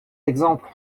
exemple